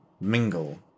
mingle